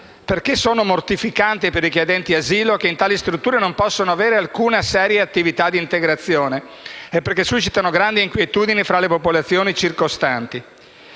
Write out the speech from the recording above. perché sono mortificanti per i richiedenti asilo, che in tali strutture non possono svolgere alcuna seria attività di integrazione, e perché suscitano grande inquietudine fra le popolazioni circostanti.